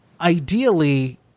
Ideally